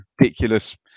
ridiculous